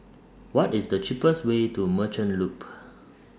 What IS The cheapest Way to Merchant Loop